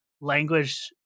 language